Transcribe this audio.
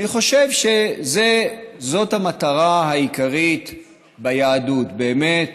אני חושב שזאת המטרה העיקרית ביהדות, באמת,